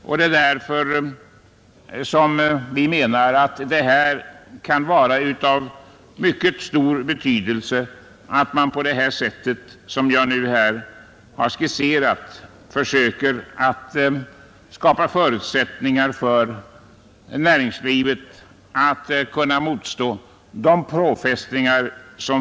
Vad som föreslås i motionen skulle kunna bli av mycket stor betydelse, när det gäller att på det sätt som jag här skisserat försöka skapa förutsättningar för att näringslivet i framtiden skall kunna motstå olika påfrestningar.